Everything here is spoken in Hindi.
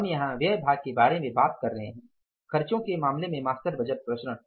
हम यहाँ व्यय भाग के बारे में बात कर रहे हैं खर्चों के मामले में मास्टर बजट प्रसरण